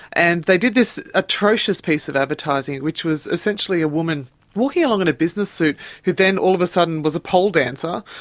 and they did this atrocious piece of advertising which was essentially a woman walking along in a business suit who then all of a sudden was a pole dancer,